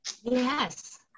Yes